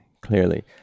clearly